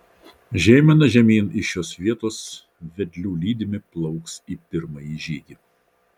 žeimena žemyn iš šios vietos vedlių lydimi plauks į pirmąjį žygį